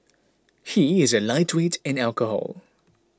he is a lightweight in alcohol